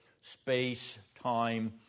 space-time